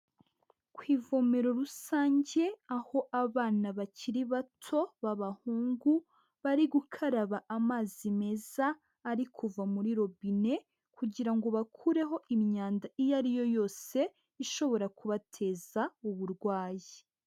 Ku ivomeraro rusange, aho abana bakiri bato b'abahungu bari gukaraba amazi meza, ari kuva muri robine kugira ngo bakureho imyanda iyo ari yo yose, ishobora kubateza uburwayi.